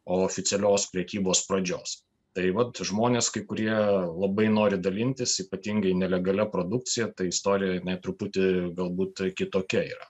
oficialios prekybos pradžios tai vat žmonės kai kurie labai nori dalintis ypatingai nelegalia produkcija ta istorija jinai truputį galbūt kitokia yra